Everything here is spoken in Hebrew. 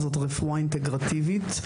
זו רפואה אינטגרטיבית.